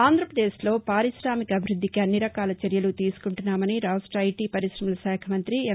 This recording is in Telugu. ఆంధ్రప్రదేశ్లో పారికామిక అభివృద్దికి అన్నిరకాల చర్యలు తీసుకుంటున్నామని రాష్ట ఐటీ పరిశమల శాఖ మంతి ఎం